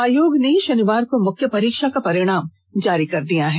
आयोग ने शनिवार को मुख्य परीक्षा का परिणाम जारी किया है